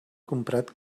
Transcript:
comprat